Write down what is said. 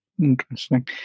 Interesting